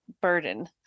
burden